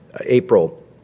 April